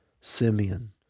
Simeon